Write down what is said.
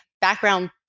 background